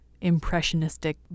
impressionistic